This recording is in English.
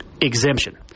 exemption